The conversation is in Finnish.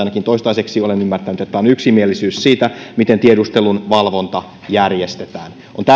toistaiseksi on yksimielisyys siitä miten tiedustelun valvonta järjestetään